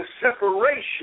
separation